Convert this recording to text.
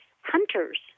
hunters